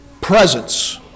presence